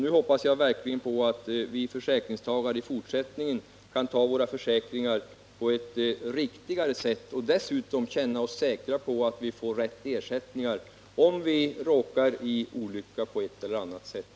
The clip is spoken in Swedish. Nu hoppas jag verkligen att vi försäkringstagare i fortsättningen kan ta våra försäkringar på ett riktigare sätt och att vi dessutom kan känna oss säkra på att vi får rätt ersättning, om vi råkar i olycka på ett eller annat sätt.